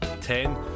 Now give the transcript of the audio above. Ten